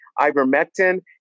ivermectin